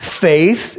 Faith